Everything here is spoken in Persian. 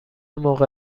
موقع